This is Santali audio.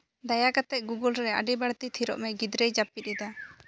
ᱫᱟᱭᱟ ᱠᱟᱛᱮᱫ ᱜᱩᱜᱩᱞ ᱨᱮ ᱟᱹᱰᱤ ᱵᱟᱹᱲᱛᱤ ᱛᱷᱤᱨᱚᱜ ᱢᱮ ᱜᱤᱫᱽᱨᱟᱹᱭ ᱡᱟᱹᱯᱤᱫ ᱮᱫᱟ